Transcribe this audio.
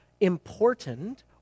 important